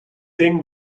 ding